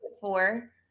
four